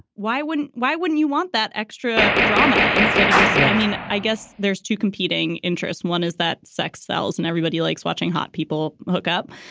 why wouldn't why wouldn't you want that extra drama instead of just. yeah i mean, i guess there's two competing interests. one is that sex sells and everybody likes watching hot people hook up.